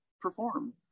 perform